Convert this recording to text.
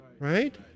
Right